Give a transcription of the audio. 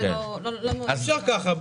זה לא --- אי אפשר ככה,